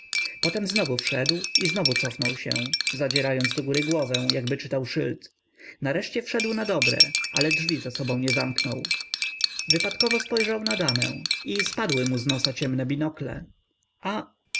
potem znowu wszedł i znowu cofnął się zadzierając do góry głowę jakby czytał szyld nareszcie wszedł nadobre ale drzwi za sobą nie zamknął wypadkowo spojrzał na damę i spadły mu z nosa ciemne binokle